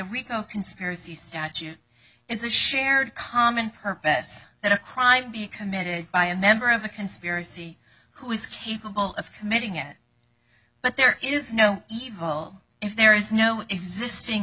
rico conspiracy statute is a shared common purpose that a crime be committed by a member of the conspiracy who is capable of committing it but there is no evil if there is no existing